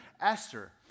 Esther